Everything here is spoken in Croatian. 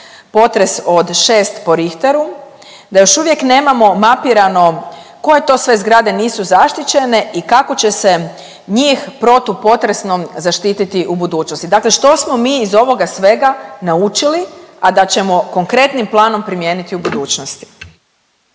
potres od 6 po Richteru da još uvijek nemamo mapirano koje to sve zgrade nisu zaštićene i kako će se njih protupotresno zaštiti u budućnosti. Dakle što smo mi ih ovoga svega naučili, a da ćemo konkretnim planom primijeniti u budućnosti.